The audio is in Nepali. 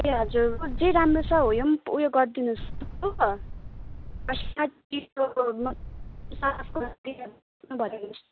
ए हजुर जे राम्रो छ हो यो पनि उयो गरिदिनुहोस्